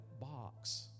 box